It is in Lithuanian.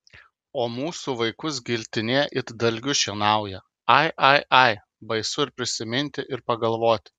o mūsų vaikus giltinė it dalgiu šienauja ai ai ai baisu ir prisiminti ir pagalvoti